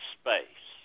space